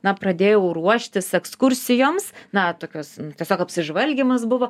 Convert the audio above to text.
na pradėjau ruoštis ekskursijoms na tokios tiesiog apsižvalgymas buvo